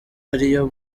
ariyo